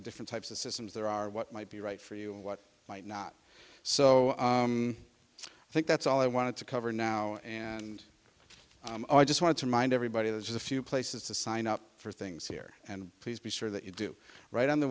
different types of systems there are what might be right for you and what might not so i think that's all i wanted to cover now and i just wanted to remind everybody there's a few places to sign up for things here and please be sure that you do right on the